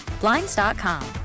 Blinds.com